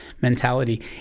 mentality